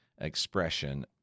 expression